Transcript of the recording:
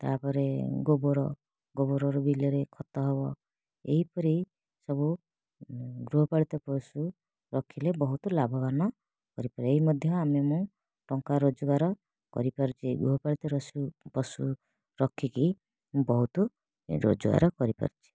ତା'ପରେ ଗୋବର ଗୋବରରୁ ବିଲରେ ଖତ ହେବ ଏହିପରି ସବୁ ଗୃହପାଳିତ ପଶୁ ରଖିଲେ ବହୁତ ଲାଭବାନ କରିପାରିବ ଏହି ମଧ୍ୟ ଆମେ ଟଙ୍କା ରୋଜଗାର କରିପାରୁଛେ ଗୃହପାଳିତ ପଶୁ ରଖିକି ମୁଁ ବହୁତ ରୋଜଗାର କରିପାରୁଛି